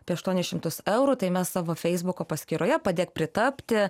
apie aštuonis šimtus eurų tai mes savo feisbuko paskyroje padėk pritapti